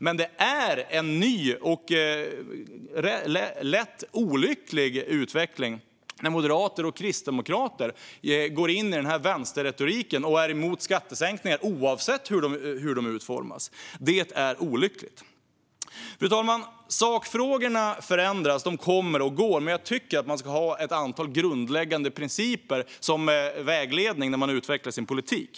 Men det är en ny och olycklig utveckling när moderater och kristdemokrater går in i den här vänsterretoriken och är emot skattesänkningar oavsett hur de utformas. Fru talman! Sakfrågorna förändras. De kommer och går. Men jag tycker att man ska ha ett antal grundläggande principer som vägledning när man utvecklar sin politik.